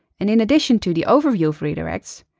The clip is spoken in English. and in addition to the overview of redirects,